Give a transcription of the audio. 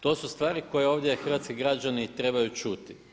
To su stvari koje ovdje hrvatski građani trebaju čuti.